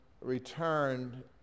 returned